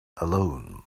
alone